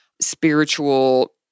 spiritual